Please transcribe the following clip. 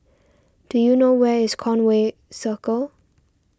do you know where is Conway Circle